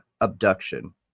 abduction